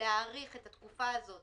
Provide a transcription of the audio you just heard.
להאריך את התקופה הזאת